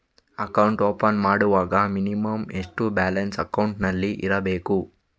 Account open ಮಾಡುವಾಗ minimum ಎಷ್ಟು balance ಅಕೌಂಟಿನಲ್ಲಿ ಇರಬೇಕು?